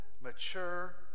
mature